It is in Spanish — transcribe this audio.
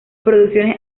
producciones